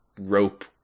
rope